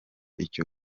icyo